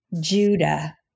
Judah